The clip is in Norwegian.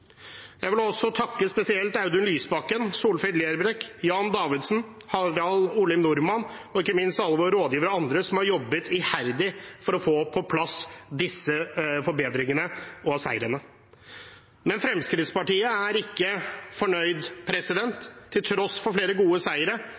Jeg vil takke spesielt Audun Lysbakken, Solfrid Lerbrekk, Jan Davidsen, Harald Olimb Norman og ikke minst alle våre rådgivere og andre som har jobbet iherdig for å få på plass disse forbedringene og seirene. Men Fremskrittspartiet er ikke fornøyd,